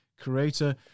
Creator